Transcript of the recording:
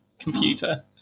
computer